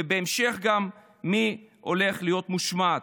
ובהמשך גם מי הולך להיות מושמד.